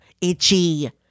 itchy